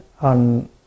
on